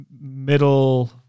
Middle